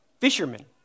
fishermen